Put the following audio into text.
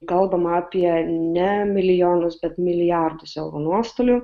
kalbama apie ne milijonus bet milijardus eurų nuostolių